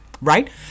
right